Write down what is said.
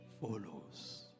follows